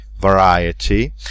variety